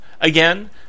again